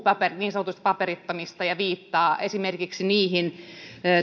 niin sanotuista paperittomista ja viittaa esimerkiksi